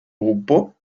gruppo